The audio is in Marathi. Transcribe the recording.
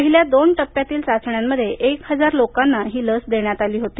पहिल्या दोन टप्प्यातील चाचण्यांमध्ये एक हजार लोकांना ही लस देण्यात आली होती